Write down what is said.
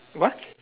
what